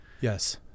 Yes